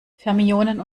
fermionen